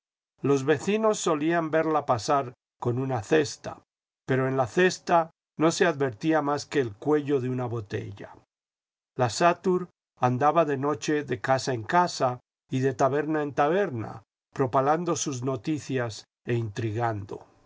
los vecinos solían verla pasar con una cesta pero en la cesta no se advertía más que el cuello de una botella la satur andaba de noche de casa en casa y de taberna en taberna propalando sus noticias e intrigando era